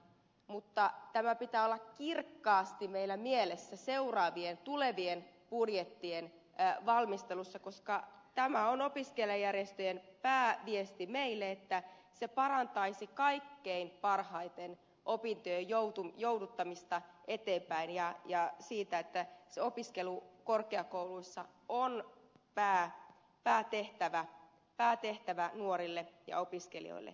mutta tämän pitää olla kirkkaasti meillä mielessä tulevien budjettien valmistelussa koska tämä on opiskelijajärjestöjen pääviesti meille että se parantaisi kaikkein parhaiten opintojen jouduttamista eteenpäin ja että se opiskelu korkeakouluissa on päätehtävä nuorille ja opiskelijoille